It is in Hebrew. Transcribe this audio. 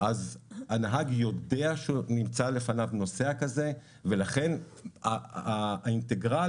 הנהג יודע שנמצא לפניו נוסע כזה ולכן האינטגרל